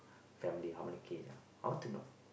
family how many kids ah I want to know